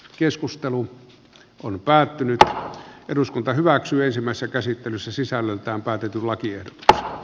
keskustelu on päättynyt ja eduskunta hyväksyisimmassa käsittelyssä sisällöltään päätetyn lakiehdotusta